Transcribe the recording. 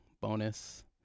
bonus